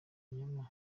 ibinyoma